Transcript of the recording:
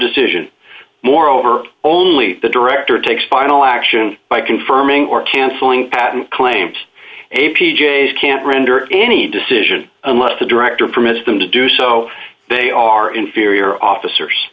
decision moreover only the director takes final action by confirming or canceling patent client a p j can't render any decision unless the director permits them to do so they are inferior officers